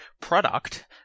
product